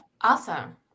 Awesome